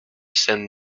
send